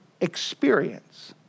experience